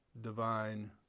divine